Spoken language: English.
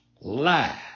lie